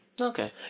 Okay